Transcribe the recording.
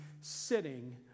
sitting